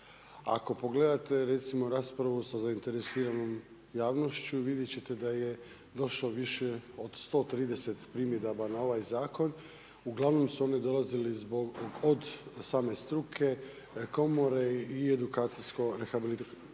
Ako pogledate recimo raspravu sa zainteresiranom javnošću vidjeti ćete da je došlo više od 130 primjedaba na ovaj zakon, uglavnom su oni dolazili od same struke, komore i edukacijsko rehabilitacijskog